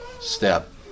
step